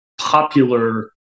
popular